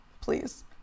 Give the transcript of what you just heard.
please